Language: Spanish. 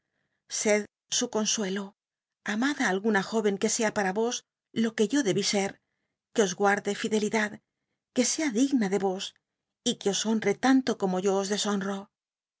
sed su consuelo amad á alguna jóven que sea para vos lo que yo debí set que os guarde fidelidad que sea digna de vos y que os home tanto como yo os deshonro